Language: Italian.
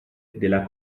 della